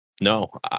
No